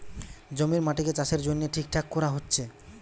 জমির মাটিকে চাষের জন্যে ঠিকঠাক কোরা হচ্ছে